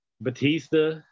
Batista